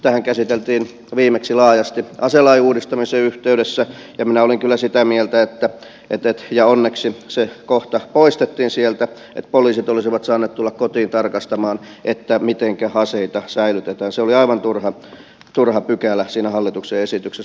sitähän käsiteltiin viimeksi laajasti aselain uudistamisen yhteydessä ja minä olin kyllä sitä mieltä ja onneksi se kohta poistettiin sieltä että poliisit olisivat saaneet tulla kotiin tarkastamaan mitenkä aseita säilytetään että se oli aivan turha pykälä siinä hallituksen esityksessä